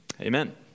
amen